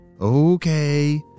Okay